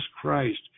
Christ